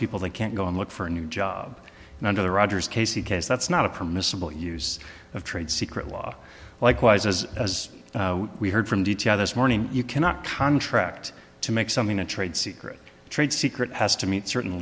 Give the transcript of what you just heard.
people they can't go and look for a new job under the rogers casey case that's not a permissible use of trade secret law likewise as as we heard from d t i this morning you cannot count tracht to make something a trade secret trade secret has to meet certain